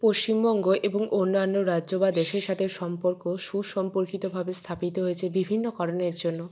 পশ্চিমবঙ্গ এবং অন্যান্য রাজ্য বা দেশের সাথে সম্পর্ক সুসম্পর্কিতভাবে স্থাপিত হয়েছে বিভিন্ন কারণের জন্য